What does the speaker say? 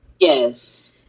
yes